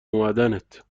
اومدنت